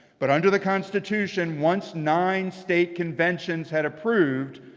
but under the constitution once nine state conventions had approved,